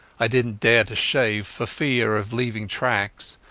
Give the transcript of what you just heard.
i didnat dare to shave for fear of leaving tracks,